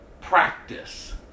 practice